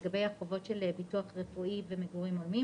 לגבי החובות של ביטוח רפואי ומגורים הולמים,